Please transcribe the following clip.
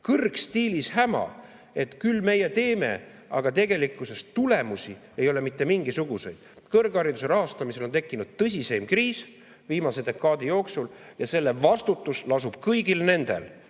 häma, et küll meie teeme, aga tegelikkuses tulemusi ei ole mitte mingisuguseid. Kõrghariduse rahastamisel on tekkinud tõsiseim kriis viimase dekaadi jooksul ja selle vastutus lasub kõigil nendel,